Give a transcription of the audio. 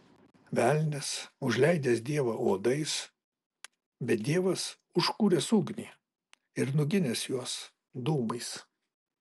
velnias užleidęs dievą uodais bet dievas užkūręs ugnį ir nuginęs juos dūmais